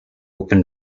open